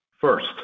First